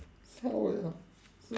!huh! wait ah